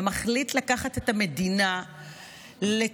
ומחליט לקחת את המדינה לתהום.